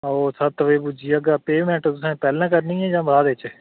आहो सत्त बजे पुज्जी जाह्गा पेऽमैंट तुसें पैह्लें करनी ऐ या बाद बिच